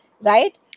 Right